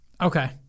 okay